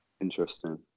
Interesting